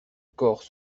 corps